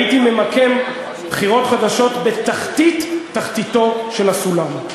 הייתי ממקם בחירות חדשות בתחתית-תחתיתו של הסולם.